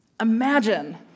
Imagine